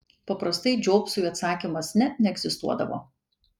paprastai džobsui atsakymas ne neegzistuodavo